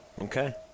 Okay